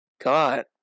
God